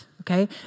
Okay